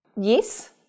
Yes